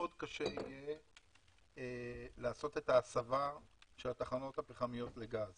יהיה מאוד קשה לעשות את ההסבה של התחנות הפחמיות לגז